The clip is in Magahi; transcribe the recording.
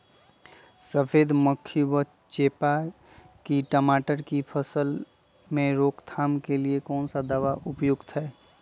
सफेद मक्खी व चेपा की टमाटर की फसल में रोकथाम के लिए कौन सा दवा उपयुक्त है?